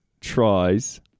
tries